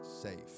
Safe